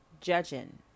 judging